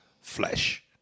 flesh